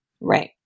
Right